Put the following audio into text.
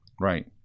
Right